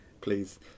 please